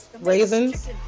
raisins